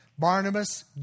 Barnabas